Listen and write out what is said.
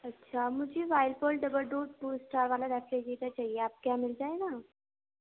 اچھا مجھے Whirlpool double door two star والا ریفریجیٹر چاہیے آپ کے یہاں مل جائے گا